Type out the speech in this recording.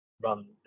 run